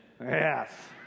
Yes